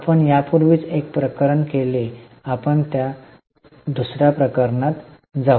आपण यापूर्वीच एक प्रकरण केले आहे आता आपण दुसर्या प्रकरणात जाऊ